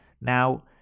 Now